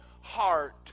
heart